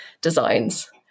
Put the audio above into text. designs